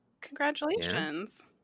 congratulations